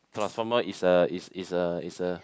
Transformer is a is is a is a